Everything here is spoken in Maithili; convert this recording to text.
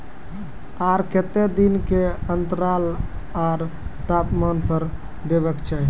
आर केते दिन के अन्तराल आर तापमान पर देबाक चाही?